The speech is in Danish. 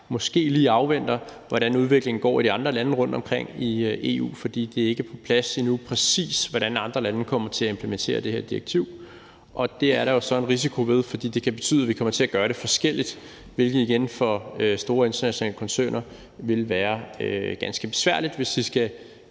måske lige afventer, hvordan udviklingen går i de andre lande rundtomkring i EU, fordi det ikke er på plads endnu, præcis hvordan andre lande kommer til at implementere det her direktiv. Og det er der jo så en risiko ved, fordi det kan betyde, at vi kommer til at gøre det forskelligt, hvilket igen for store internationale koncerner vil være ganske besværligt, hvis vi skal